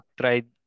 tried